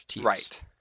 right